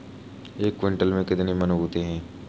एक क्विंटल में कितने मन होते हैं?